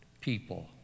people